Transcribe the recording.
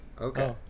Okay